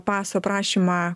paso prašymą